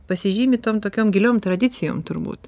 pasižymi tom tokiom giliom tradicijom turbūt